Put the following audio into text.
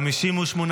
סעיפים 45 47 נתקבלו.